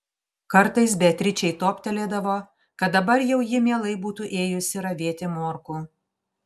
kartais beatričei toptelėdavo kad dabar jau ji mielai būtų ėjusi ravėti morkų